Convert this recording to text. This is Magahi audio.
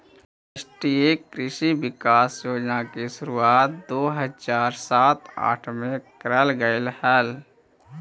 राष्ट्रीय कृषि विकास योजना की शुरुआत दो हज़ार सात आठ में करल गेलइ हल